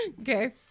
Okay